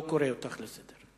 לא קורא אותך לסדר.